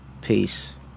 Peace